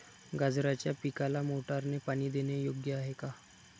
गाजराच्या पिकाला मोटारने पाणी देणे योग्य आहे का?